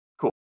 cool